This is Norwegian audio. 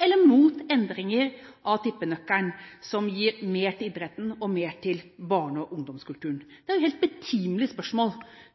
eller imot endringer av tippenøkkelen, som gir mer til idretten og mer til barne- og ungdomskulturen? Det er helt betimelige spørsmål,